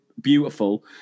beautiful